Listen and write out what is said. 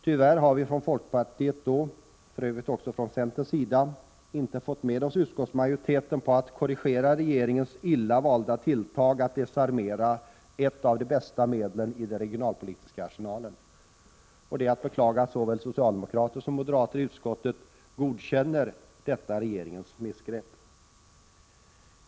Tyvärr har vi från folkpartiet, för övrigt också från centern, inte fått med oss utskottsmajoriteten på att korrigera regeringens illa valda tilltag att desarmera ett av de bästa medlen i den regionalpolitiska arsenalen. Det är att beklaga att såväl socialdemokrater som moderater i utskottet godkänner detta regeringens missgrepp.